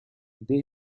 they